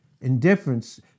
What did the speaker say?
indifference